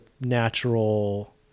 natural